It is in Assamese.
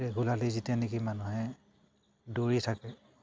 ৰেগুলাৰলি যেতিয়া নেকি মানুহে দৌৰি থাকে